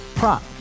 Prop